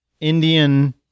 Indian